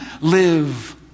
live